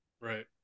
Right